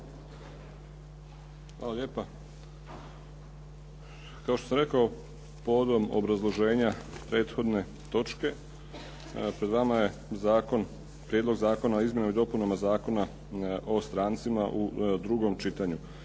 Hvala lijepa. Kao što sam rekao povodom obrazloženja prethodne točke, pred vama je Prijedlog zakona o izmjenama i dopunama Zakona o strancima u drugom čitanju.